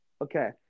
Okay